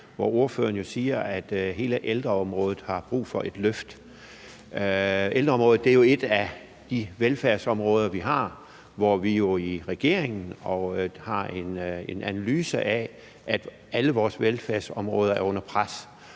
hvor ordføreren jo siger, at hele ældreområdet har brug for et løft. Ældreområdet er jo et af de velfærdsområder, vi har, og vi har jo i regeringen en analyse af, at alle vores velfærdsområder er under pres.